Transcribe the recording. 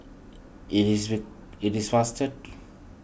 it is it is faster